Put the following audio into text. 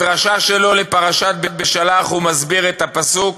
בדרשה שלו לפרשת בשלח" הוא מסביר את הפסוק